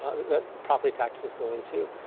property taxes go into.